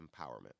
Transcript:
Empowerment